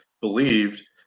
believed